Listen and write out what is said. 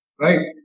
right